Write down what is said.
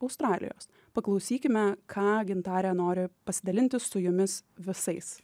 australijos paklausykime ką gintarė nori pasidalinti su jumis visais